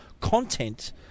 content